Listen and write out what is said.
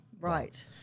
right